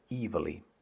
evilly